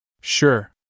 Sure